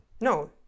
no